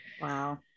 wow